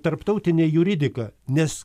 tarptautinę jurisdiką nes